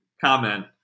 comment